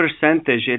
percentage